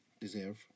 deserve